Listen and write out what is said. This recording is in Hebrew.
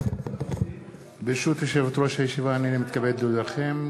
ברשות יושבת-ראש הישיבה, הנני מתכבד להודיעכם,